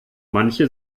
manche